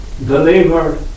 Believer